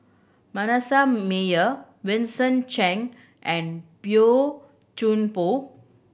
Manasseh Meyer Vincent Cheng and Boey Chuan Poh